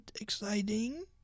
exciting